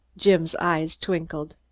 jim's eyes twinkled.